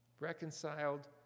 Reconciled